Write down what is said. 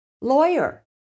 lawyer